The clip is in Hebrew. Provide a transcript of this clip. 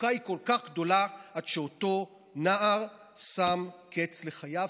המצוקה היא כל כך גדולה עד שאותו נער שם קץ לחייו,